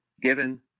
given